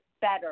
better